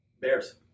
Bears